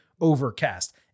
Overcast